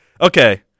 okay